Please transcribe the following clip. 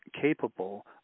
capable